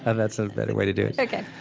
ah that's a better way to do it.